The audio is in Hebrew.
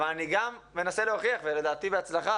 אבל אני גם מנסה להוכיח ולדעתי בהצלחה,